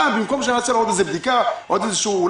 במקום שנעשה לו עוד איזושהי בדיקה.